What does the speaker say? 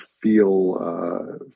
feel